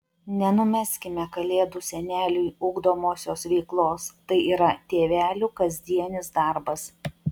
nenumeskime kalėdų seneliui ugdomosios veiklos tai yra tėvelių kasdienis darbas